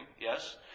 Yes